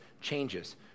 changes